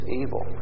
evil